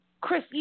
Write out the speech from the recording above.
Chris